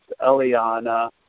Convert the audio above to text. Eliana